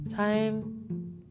Time